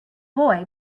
boy